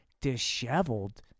disheveled